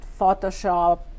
Photoshop